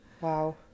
Wow